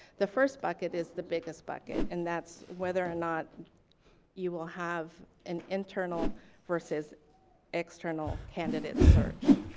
the first bucket is the biggest bucket and that's whether or not you will have an internal versus external candidate search.